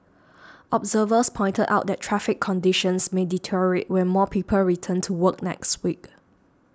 observers pointed out that traffic conditions may deteriorate when more people return to work next week